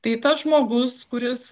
tai tas žmogus kuris